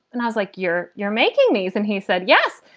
and i was like, you're you're making these? and he said, yes.